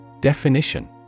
definition